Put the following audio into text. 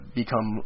become